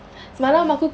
so ya